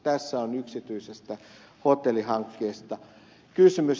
tässä on yksityisestä hotellihankkeesta kysymys